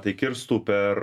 tai kirstų per